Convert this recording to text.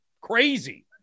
Crazy